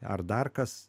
ar dar kas